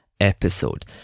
Episode